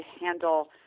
handle